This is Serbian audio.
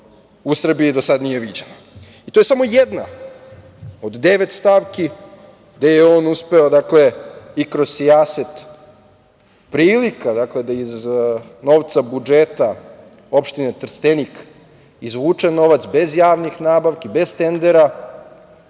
u Srbiji do sada nije viđeno. To je samo jedna od devet stavki gde je on uspeo kroz sijaset prilika, dakle, da iz novca budžeta opštine Trstenik izvuče novac, bez javnih nabavki, bez tendera,